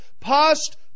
Past